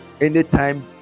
anytime